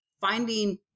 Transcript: finding